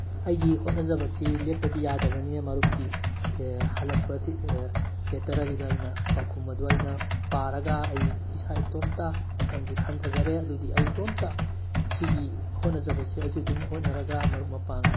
ꯑꯩꯒꯤ ꯍꯣꯠꯅꯖꯕꯁꯤ ꯂꯦꯞꯄꯗꯤ ꯌꯥꯗꯕꯅꯤꯅ ꯃꯔꯨꯞꯀꯤ ꯍꯜꯂꯛꯄ ꯂꯦꯠꯇ꯭ꯔ ꯑꯗꯨꯗ ꯑꯩꯅ ꯄꯥꯎꯈꯨꯝ ꯑꯗꯨ ꯑꯩꯅ ꯄꯥꯔꯒ ꯑꯩ ꯏꯁꯥ ꯏꯇꯣꯝꯇ ꯋꯥꯈꯟꯁꯤ ꯈꯟꯊꯖꯔꯦ ꯑꯗꯨꯗꯤ ꯑꯩ ꯏꯇꯣꯝꯇ ꯁꯤꯒꯤ ꯍꯣꯠꯅꯖꯕꯁꯦ ꯑꯩꯁꯨ ꯑꯗꯨꯝ ꯍꯣꯠꯅꯔꯒ ꯃꯔꯨꯞ ꯃꯄꯥꯡ